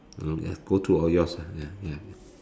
ya go through all yours ah ya ya